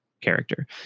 character